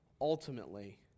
ultimately